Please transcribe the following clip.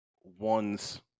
ones